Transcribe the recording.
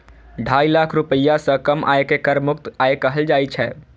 ढाई लाख रुपैया सं कम आय कें कर मुक्त आय कहल जाइ छै